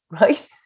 right